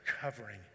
covering